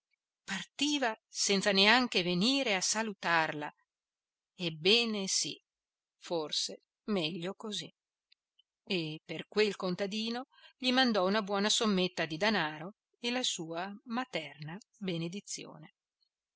partiva senza neanche venire a salutarla ebbene sì forse meglio così e per quel contadino gli mandò una buona sommetta di danaro e la sua materna benedizione